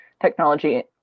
technology